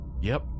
Yep